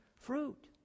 fruit